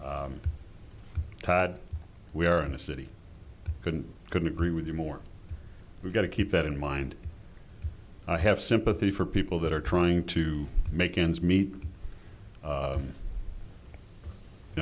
ten todd we are in the city couldn't couldn't agree with you more we've got to keep that in mind i have sympathy for people that are trying to make ends meet